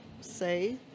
say